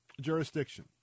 jurisdiction